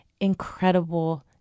Incredible